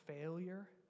failure